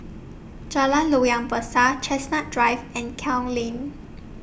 Jalan Loyang Besar Chestnut Drive and Klang Lane